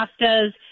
pastas